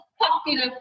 popular